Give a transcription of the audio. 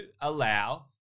allow